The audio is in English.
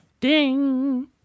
ding